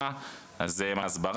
זה משהו